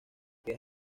que